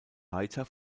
weiter